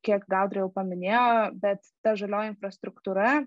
kiek gaudrė jau paminėjo bet ta žalioji infrastruktūra